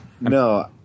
No